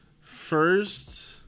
first